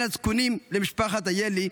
כבן הזקונים למשפחת איילי,